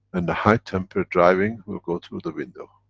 and the high temper driving will go through the window.